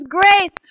grace